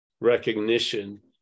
recognition